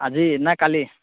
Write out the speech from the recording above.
আজি না কালি